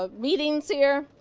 ah meetings here,